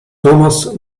thomas